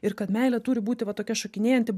ir kad meilė turi būti va tokia šokinėjanti